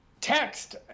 text